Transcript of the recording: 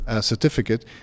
certificate